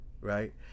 right